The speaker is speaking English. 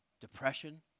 depression